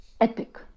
epic